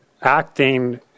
acting